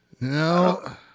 No